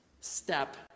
step